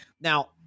Now